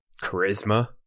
charisma